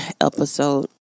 episode